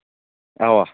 اَوا